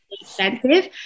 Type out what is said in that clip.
expensive